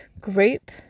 group